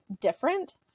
different